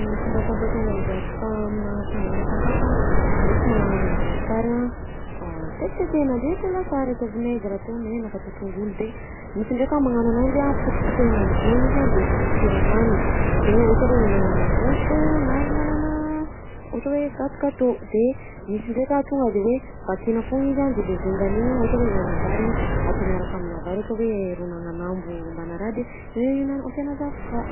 Ny fomba fampiasana ny zavokà aminà fandrahoana sakafo a: misy magnano ananjy lasary a tetitetehana de atao lasary, atao vinaigra, atao menaka, atao tongolo; de misy ndraika magnano ananjy a potipotehina am'izao izy a de atao siramamy, de ohatra hoe ihinanana mofo na ihinanana ohatra hoe gat-gâteau; de misy ndraika tonga de hoe vakiana foagna izy a de le vaigany igny a ohatra hoe ihinanam-bary a, atao miaraka aminà vary, ohatra hoe ron'agnanambo mbanà raha de io ihina- ampiana zavokà.